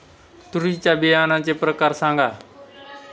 तूरीच्या बियाण्याचे प्रकार सांगा